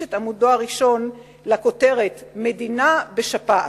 את עמודו הראשון לכותרת: "מדינה בשפעת".